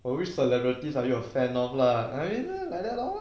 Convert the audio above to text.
for which celebrities are you a fan of lah I mean like that lor